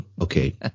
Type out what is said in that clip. Okay